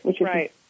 right